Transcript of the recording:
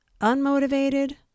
unmotivated